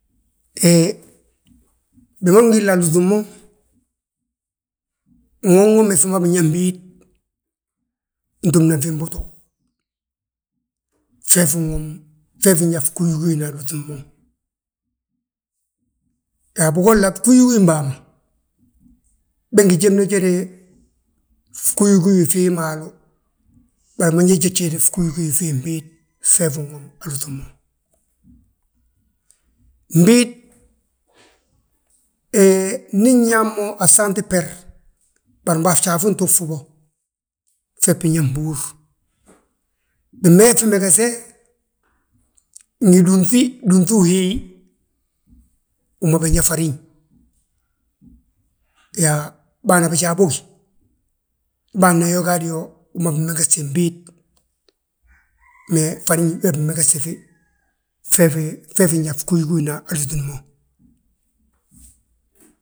He bima nwulni alúŧin mo, nwom wome fi ma binyaa fbiid, ntúmnafi mbutu, fee fi nwomu, fee fi nyaa fgúguna alúŧin mo. Yaa bigolla fgúguyim bàa ma, bég ngi jéd mo jéde, fgúyiguyi fii maalu, bari ñe, mo njéjede fgúguyi fii mbiid, fee fi nwomu alúŧim mo. Mbiid, he ndi nyaa mo a fsaanti fber, bari mbo a fjaa fi ftuugfi bo, fee binyaa fmbúur. Bimegesfi megese, ngi dúnŧi, dúnŧi uhiiy, wi ma binyaa farin, yaa bân bijaa bógi, bâna yo gaadi yo, wi ma binmegesti mbiid. mee farin beebi binmegestifi, fee fi nyaa fnúguyina alúŧim mo.